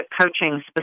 coaching